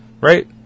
right